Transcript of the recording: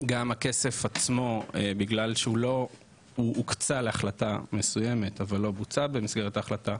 גם הכסף עצמו בגלל שהוא הוקצה להחלטה מסוימת אבל לא בוצע במסגרת ההחלטה,